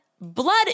blood